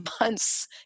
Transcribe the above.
months